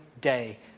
day